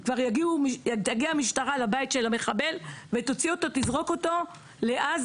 כבר תגיע משטרה לבית של המחבל ותזרוק אותו לעזה,